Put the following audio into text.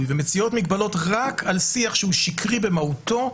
ומציעות מגבלות רק על שיח שהוא שקרי במהותו,